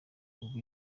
ubu